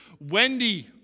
Wendy